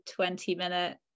20-minute